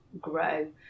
grow